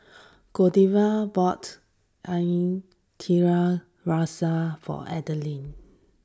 Giovanna bought Ikan Tiga Rasa for Adline